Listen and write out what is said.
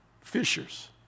fishers